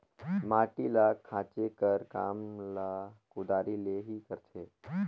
माटी ल खाचे कर काम ल कुदारी ले ही करथे